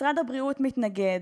משרד הבריאות מתנגד,